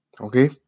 okay